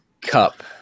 Cup